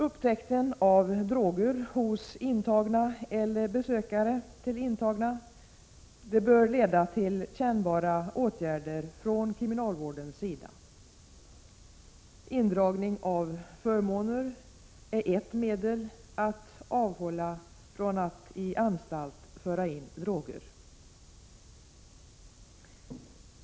Upptäckt av droger hos intagna eller besökare till intagna bör leda till kännbara åtgärder från kriminalvårdens sida. Indragning av förmåner är ett av de medel som kan användas för att avhålla intagna från att i anstalt föra in droger.